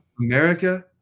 America